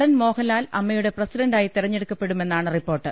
നടൻ മോഹൻലാൽ അമ്മയുടെ പ്രസിഡ ണ്ടായി തെരഞ്ഞെടുക്കപ്പെടുമെന്നാണ് റിപ്പോർട്ട്